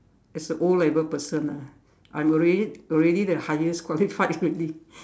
as a O-level person ah I'm already already the highest qualified already